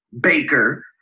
Baker